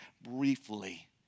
briefly